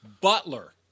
Butler